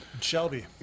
Shelby